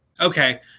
Okay